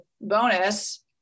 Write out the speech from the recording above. bonus